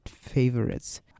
favorites